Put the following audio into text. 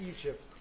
Egypt